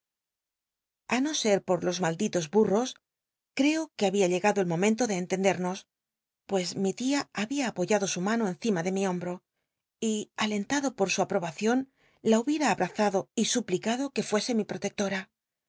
a no ser por los malditos burros creo ue habiá llegado el momento de entendernos pues mi tia babia apoyado su mano enci na de mi hombro y alentado por su aprobacion la hubiera abrazado y suplicado que fuese mi protectora